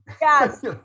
Yes